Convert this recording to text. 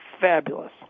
fabulous